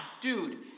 dude